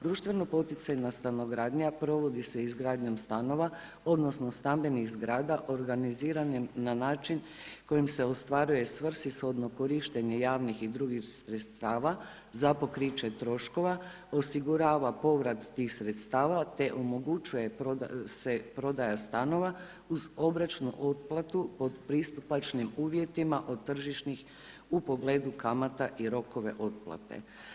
Društveno poticajno stanogradnja, provodi se izgradnjom stanova, odnosno, stambenih zgrada, organizirani na način, koji se ostvaruje svrsishodno korištenje javnih i drugih sredstava za pokriće troškova, osigurava povrat tih sredstava te omogućuje prodaja stanova uz obračun otplatu po pristupačnim uvjetima od tržišnih u pogledu kamata i rokove otplate.